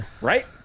Right